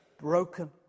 broken